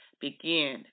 begin